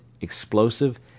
explosive